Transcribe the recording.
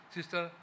Sister